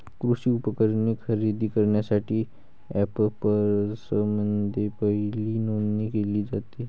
कृषी उपकरणे खरेदी करण्यासाठी अँपप्समध्ये पहिली नोंदणी केली जाते